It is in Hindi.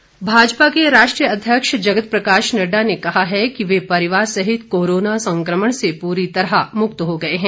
नड्डा भाजपा के राष्ट्रीय अध्यक्ष जगत प्रकाश नड्डा ने कहा है कि वह परिवार सहित कोरोना संक्रमण से पूरी तरह मुक्त हो गये हैं